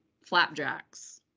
flapjacks